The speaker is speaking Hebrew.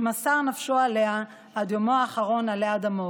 שמסר נפשו עליה עד יומו האחרון עלי אדמות.